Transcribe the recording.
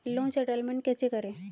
Loan settlement कैसे करें?